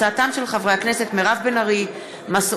30 תומכים, אין